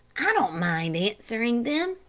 i don't mind answering them.